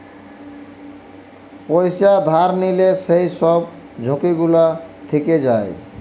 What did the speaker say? পয়সা ধার লিলে যেই সব ঝুঁকি গুলা থিকে যায়